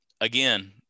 Again